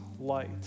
light